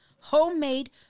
homemade